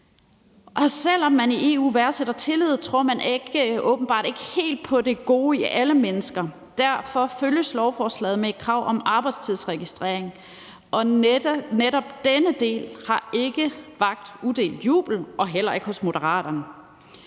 Selv om man i EU værdsætter tillid, tror man åbenbart ikke helt på det gode i alle mennesker. Derfor følges lovforslaget med et krav om arbejdstidsregistrering, og netop denne del har ikke vakt udelt jubel og heller ikke hos Moderaterne.